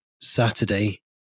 saturday